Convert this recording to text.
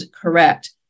correct